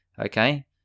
Okay